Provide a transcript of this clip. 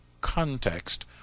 context